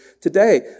today